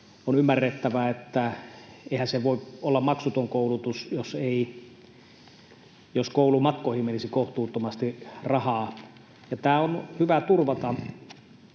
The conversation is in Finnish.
On ymmärrettävä, että eihän se voi olla maksuton koulutus, jos koulumatkoihin menisi kohtuuttomasti rahaa, ja tämä on hyvä turvata.